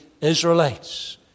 Israelites